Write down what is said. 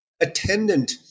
attendant